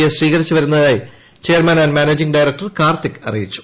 S സ്വീകരിച്ചു വരുന്നതിനായി chairman and managing director Karthik അറിയിച്ചു